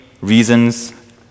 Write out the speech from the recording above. reasons